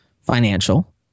financial